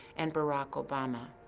and barack obama.